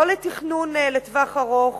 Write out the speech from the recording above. לא לתכנון לטווח ארוך